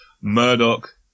Murdoch